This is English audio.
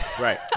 Right